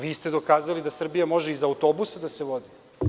Vi ste dokazali da Srbija može i iz autobusa da se vodi.